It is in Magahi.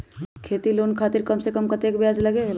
खेती लोन खातीर कम से कम कतेक ब्याज लगेला?